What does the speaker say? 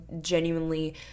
genuinely